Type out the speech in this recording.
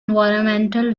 environmental